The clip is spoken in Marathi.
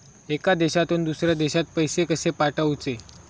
एका देशातून दुसऱ्या देशात पैसे कशे पाठवचे?